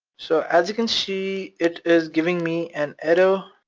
so as you can see, it is giving me an error,